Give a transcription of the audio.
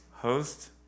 Host